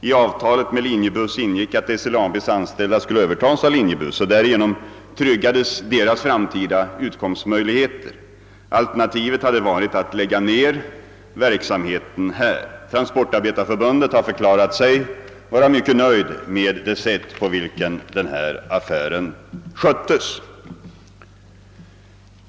I avtalet med Linjebuss ingick att SLAB:s anställda skulle övertas av Linjebuss, varigenom deras framtida utkomstmöjligheter tryggades. Alternativet hade varit att lägga ner verksamheten där. Transportarbetareförbundet har förklarat sig mycket nöjt med det sätt varpå denna affär sköttes.